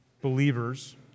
believers